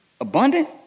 Abundant